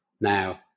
Now